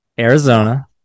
Arizona